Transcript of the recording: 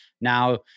Now